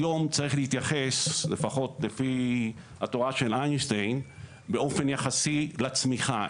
היום צריך להתייחס וזה לפחות לפי התורה של איינשטיין באופן יחסי לצמיחה,